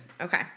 Okay